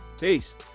Peace